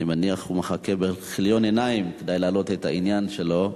אני מניח שהוא מחכה בכיליון עיניים כדי להעלות את העניין שלו.